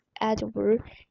Edward